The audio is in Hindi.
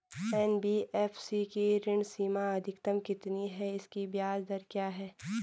एन.बी.एफ.सी की ऋण सीमा अधिकतम कितनी है इसकी ब्याज दर क्या है?